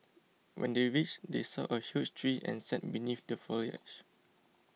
when they reached they saw a huge tree and sat beneath the foliage